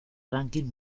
ranking